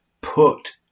put